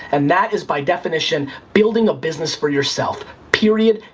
and that is by definition building a business for yourself, period,